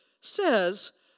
says